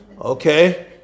Okay